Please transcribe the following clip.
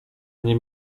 mnie